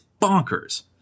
bonkers